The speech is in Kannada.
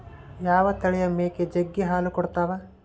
ಯಾವ ತಳಿಯ ಮೇಕೆ ಜಗ್ಗಿ ಹಾಲು ಕೊಡ್ತಾವ?